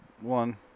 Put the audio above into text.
one